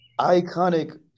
iconic